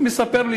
הוא מספר לי